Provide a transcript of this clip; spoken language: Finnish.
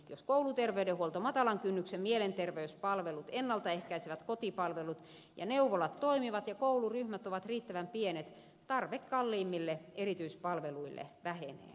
jos kouluterveydenhuolto matalan kynnyksen mielenterveyspalvelut ennalta ehkäisevät kotipalvelut ja neuvolat toimivat ja kouluryhmät ovat riittävän pienet tarve kalliimmille erityispalveluille vähenee